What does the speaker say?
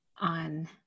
on